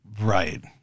Right